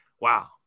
wow